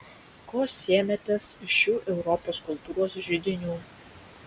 ko sėmėtės iš šių europos kultūros židinių